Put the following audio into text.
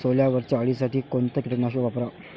सोल्यावरच्या अळीसाठी कोनतं कीटकनाशक वापराव?